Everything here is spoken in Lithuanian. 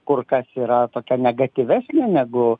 kur kas yra tokia negatyvesnė negu